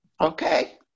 Okay